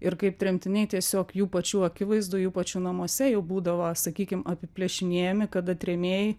ir kaip tremtiniai tiesiog jų pačių akivaizdoj jų pačių namuose jau būdavo sakykim apiplėšinėjami kada trėmėjai